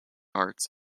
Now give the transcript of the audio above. arts